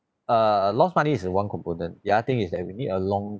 err uh lost money is one component the other thing is that we need a long